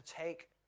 take